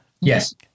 Yes